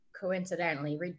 coincidentally